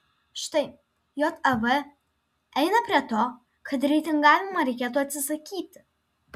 štai jav eina prie to kad reitingavimo reikėtų atsisakyti